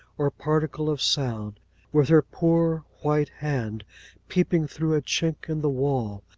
or particle of sound with her poor white hand peeping through a chink in the wall,